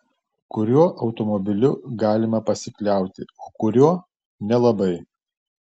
kuriuo automobiliu galima pasikliauti o kuriuo nelabai